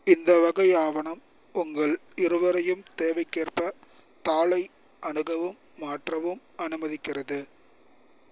இந்த வகை ஆவணம் உங்கள் இருவரையும் தேவைக்கேற்ப தாளை அணுகவும் மாற்றவும் அனுமதிக்கிறது